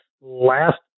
last